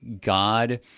God